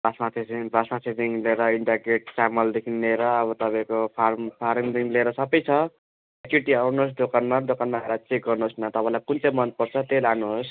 लिएर India Gate चामलदेखि लिएर अब तपाईँको फार्म फारमदेखि लिएर सबै छ एकचोटि आउनुहोस् दोकानमा दोकानमा आएर चेक गर्नुहोस् न तपाईँलाई कुन चाहिँ मन पर्छ त्यही लानुहोस्